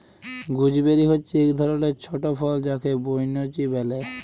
gooseberry হচ্যে এক ধরলের ছট ফল যাকে বৈনচি ব্যলে